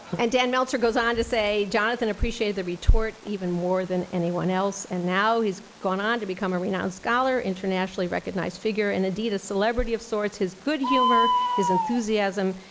and dan meltzer goes on to say, jonathan appreciated the retort even more than anyone else, and now he's gone on to become a renowned scholar, internationally recognized figure, and indeed a celebrity of sorts. his good humor, his enthusiasm,